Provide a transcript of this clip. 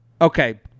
okay